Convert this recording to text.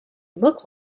look